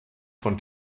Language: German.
von